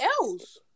else